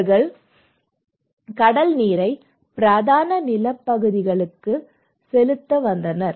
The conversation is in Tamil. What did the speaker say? அவர்கள் கடல் நீரை பிரதான நிலப்பகுதிகளுக்குள் செலுத்தி வந்தனர்